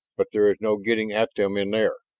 but there is no getting at them in there.